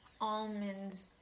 almonds